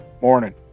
Morning